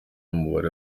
umubare